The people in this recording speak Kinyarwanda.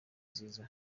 nziza